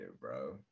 bro